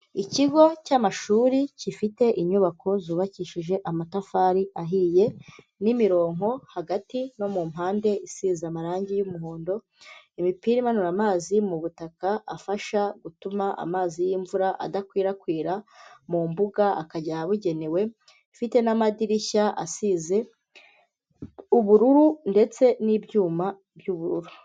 Ikigo cy'amashuri gifite inyubako zubakishije amatafari ahiye, n'imironko hagati no mu mpande isize amarangi y'umuhondo, imipirama imanura amazi mu butaka, afasha gutuma amazi y'imvura adakwirakwira mu mbuga akajya ahabugenewe, ifite n'amadirishya asize ubururu ndetse n'ibyuma by'ubururu.